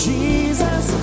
Jesus